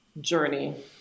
journey